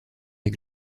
des